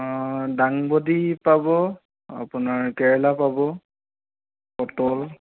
অ' ডাংবদী পাব আপোনাৰ কেৰেলা পাব পটল